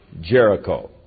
Jericho